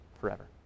forever